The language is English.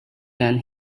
than